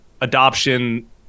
adoption